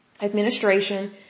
administration